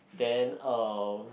then uh